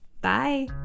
bye